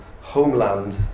homeland